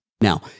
Now